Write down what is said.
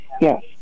Yes